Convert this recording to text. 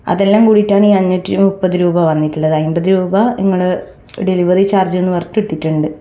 അതെല്ലാം കൂടിയിട്ടാണ് ഈ അഞ്ഞൂറ്റി മുപ്പത് രൂപ വന്നിട്ടുള്ളത് അൻപത് രൂപ നിങ്ങൾ ഡെലിവറി ചാർജ്ജ് എന്നു പറഞ്ഞിട്ട് ഇട്ടിട്ടുണ്ട്